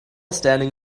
standing